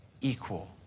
equal